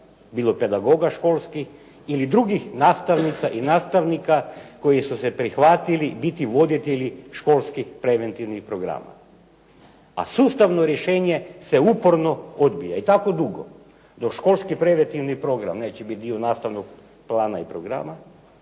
bilo pedagoga školskih ili drugih nastavnika i nastavnica koji su se prihvatili biti voditelji školskih preventivnih programa a sustavno rješenje se uporno odbija i tako dugo dok preventivni školski program neće biti dio nastavnog plana i programa,